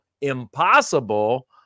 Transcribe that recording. impossible